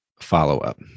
follow-up